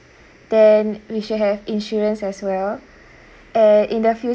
then we should have insurance as well {eh] in the